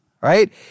right